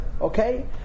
Okay